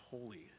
Holy